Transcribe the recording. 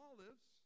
Olives